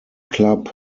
club